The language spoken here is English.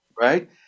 Right